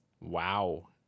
wow